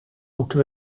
moeten